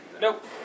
Nope